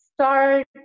start